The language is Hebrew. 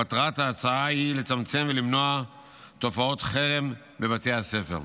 מטרת ההצעה היא לצמצם ולמנוע תופעות חרם בבתי הספר.